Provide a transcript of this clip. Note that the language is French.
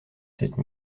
cette